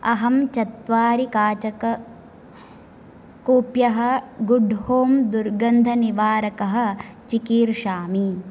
अहं चत्वारि काचककूप्यः गुड् हों दुर्गन्धनिवारकः चिक्रीषामि